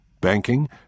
banking